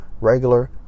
regular